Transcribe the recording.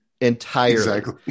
Entirely